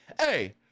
Hey